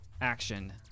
action